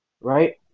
right